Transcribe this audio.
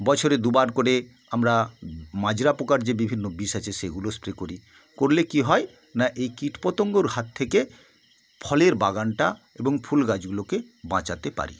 বছরে দুবার করে আমরা মাজরা পোকার যে বিভিন্ন বিষ আছে সেগুলো স্প্রে করি করলে কি হয় না এই কীটপতঙ্গর হাত থেকে ফলের বাগানটা এবং ফুল গাছগুলোকে বাঁচাতে পারি